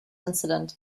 incident